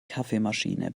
kaffeemaschine